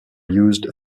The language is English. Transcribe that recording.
used